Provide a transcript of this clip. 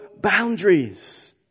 boundaries